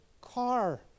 car